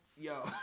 yo